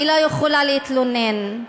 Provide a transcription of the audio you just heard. היא לא יכולה להתלונן.